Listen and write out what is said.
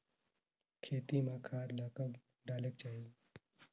खेती म खाद ला कब डालेक चाही?